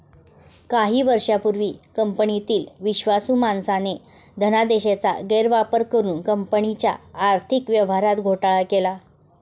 काही वर्षांपूर्वी कंपनीतील विश्वासू माणसाने धनादेशाचा गैरवापर करुन कंपनीच्या आर्थिक व्यवहारात घोटाळा केला